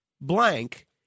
blank